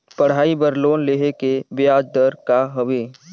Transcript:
पढ़ाई बर लोन लेहे के ब्याज दर का हवे?